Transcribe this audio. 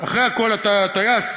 אחרי הכול אתה טייס,